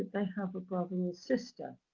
they have a brother or sister